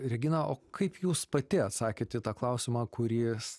regina o kaip jūs pati atsakėt į tą klausimą kurys